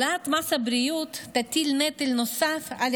העלאת מס הבריאות תטיל נטל נוסף על